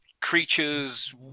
creatures